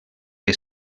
que